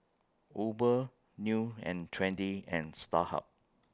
Uber New and Trendy and Starhub